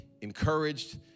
encouraged